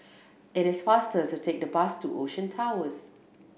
it is faster to take the bus to Ocean Towers